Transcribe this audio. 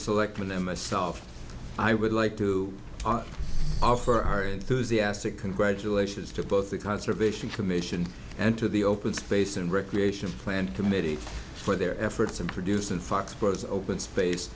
selectmen them myself i would like to offer our enthusiastic congratulations to both the conservation commission and to the open space and recreation plant committee for their efforts and produce and foxworth open space